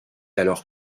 alors